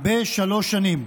בשלוש שנים.